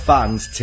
Fans